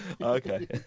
Okay